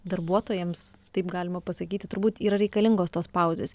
darbuotojams taip galima pasakyti turbūt yra reikalingos tos pauzės